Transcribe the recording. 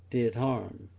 did harm.